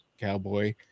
cowboy